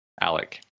Alec